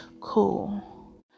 cool